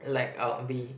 like I'll be